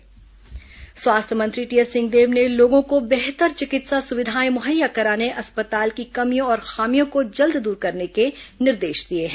स्वास्थ्य मंत्री बैठक स्वास्थ्य मंत्री टीएस सिंहदेव ने लोगों को बेहतर चिकित्सा सुविधाएं मुहैया कराने अस्पताल की कमियों और खामियों को जल्द दूर करने के निर्देश दिए हैं